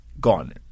gone